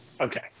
Okay